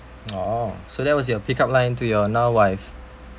orh so that was your pick up line to your now wife